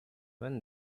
when